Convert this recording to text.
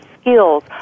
skills